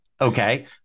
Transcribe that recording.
Okay